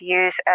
use